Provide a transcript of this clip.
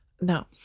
no